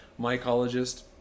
mycologist